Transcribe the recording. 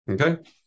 Okay